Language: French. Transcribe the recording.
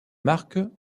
marque